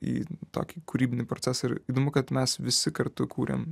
į tokį kūrybinį procesą ir įdomu kad mes visi kartu kūrėm